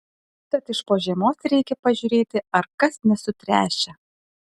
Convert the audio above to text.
tad iš po žiemos reikia pažiūrėti ar kas nesutręšę